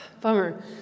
Bummer